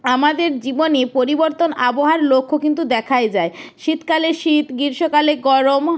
আমাদের জীবনে পরিবর্তন আবহাওয়ার লক্ষ্য কিন্তু দেখাই যায় শীতকালে শীত গ্রীষ্মকালে গরম